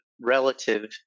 relative